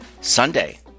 Sunday